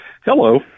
hello